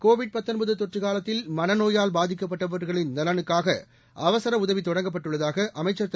Covid தொற்று காலத்தில் மனநோயால் பாதிக்கப்பட்டவர்களின் நலனுக்காக அவசர உதவி தொடங்கப்பட்டுள்ளதாக அமைச்சர் திரு